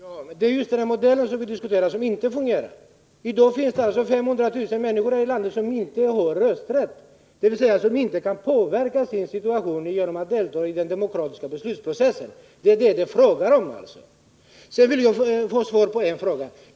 Fru talman! Det är just den modell som vi nu diskuterar som inte fungerar. I dag finns det 500 000 människor i detta land som inte har rösträtt, dvs. som inte kan påverka sin situation genom att delta i den demokratiska beslutsprocessen. Det är detta det är fråga om. Sedan vill jag få svar på en fråga.